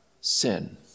sin